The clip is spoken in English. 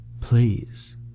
Please